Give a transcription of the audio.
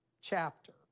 chapter